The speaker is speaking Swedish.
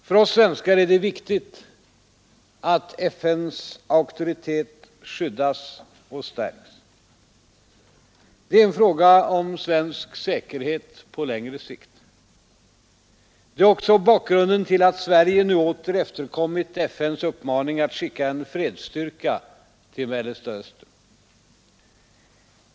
För oss svenskar är det viktigt att FN:s auktoritet skyddas och stärks. Det är en fråga om svensk säkerhet på längre sikt. Det är också bakgrunden till att Sverige nu åter efterkommit FN:s uppmaning att skicka en fredsstyrka till Mellersta Östern.